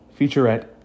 featurette